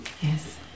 Yes